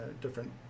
different